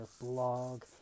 blog